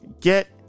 get